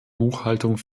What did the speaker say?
buchhaltung